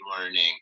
learning